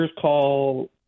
call